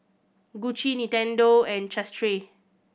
Gucci Nintendo and Chateraise